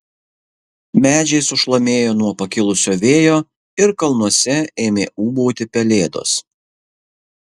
medžiai sušlamėjo nuo pakilusio vėjo ir kalnuose ėmė ūbauti pelėdos